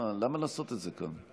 למה לעשות את זה כאן?